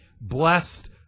blessed